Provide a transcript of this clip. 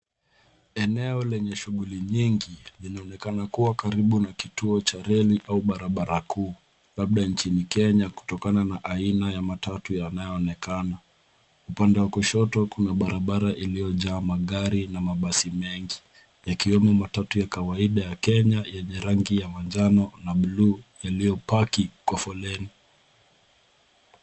Eneo lenye shughuli nyingi linaonekana kuwa karibu na kituo cha reli au barabara kuu, labda nchini Kenya kutokana na aina ya matatu yanaonekana. Upande wa kushoto kuna barabara iliyojaa magari na mabasi mengi yakiwemo matatu ya kawaida ya Kenya yenye rangi ya manjano na buluu iliyopaki kwa foleni.